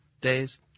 days